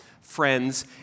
friends